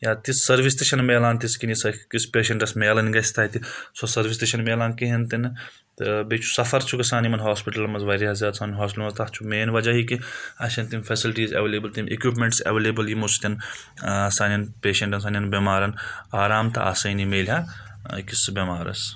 یا تِژھ سٔروِس تہِ چھنہٕ ملَان تِژھ کِن سُہ پیَشَنٹَس مَیلِنۍ گژھِ تَتہِ سۄ سٔروِس تہِ چھنہٕ ملَان کِہیٖنۍ تہِ نہٕ تہٕ بیٚیہِ چھُ سَفر چھُ گژھان یِمَن ہاسپِٹلَن منٛز واریاہ زیادٕ سانہِ ہاسپِٹَلن منٛز تتھ چھُ مَین وَجہ یی کہِ اسہِ چھنہٕ تِم فیسلٹیٖز اَیوَیٚلَیبٕل تِم اِکوِپمِٮ۪نٛٹٕس اَیوَیٚلَیبٕل یِمو سۭتۍ سانؠن پیَشَنٹَن سانؠن بؠمارَن آرام تہٕ آسٲنی مَیلِہا أکِس بؠمارس